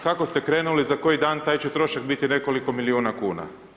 Kako ste krenuli za koji dan taj će trošak biti nekoliko milijuna kuna.